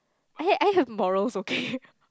I have I have morals okay